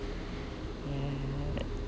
mm